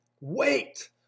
Wait